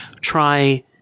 try